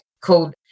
called